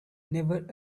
never